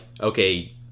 okay